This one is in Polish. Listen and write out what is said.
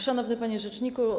Szanowny Panie Rzeczniku!